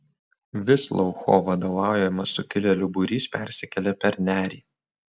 visloucho vadovaujamas sukilėlių būrys persikėlė per nerį